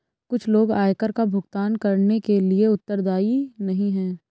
कुछ लोग आयकर का भुगतान करने के लिए उत्तरदायी नहीं हैं